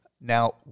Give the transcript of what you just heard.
Now